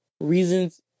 reasons